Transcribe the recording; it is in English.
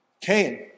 Cain